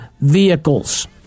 vehicles